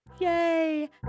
Yay